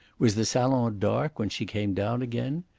was the salon dark when she came down again?